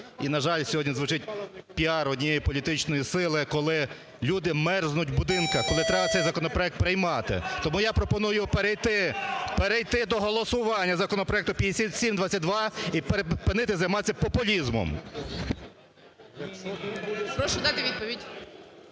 І, на жаль, сьогодні звучить піар однієї політичної сили, коли люди мерзнуть в будинках, коли треба цей законопроект приймати. Тому я пропоную перейти до голосування законопроекту 5722 і припинити займатися популізмом. ГОЛОВУЮЧИЙ. Прошу дати відповідь.